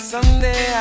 Someday